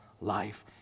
life